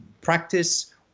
practice